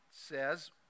says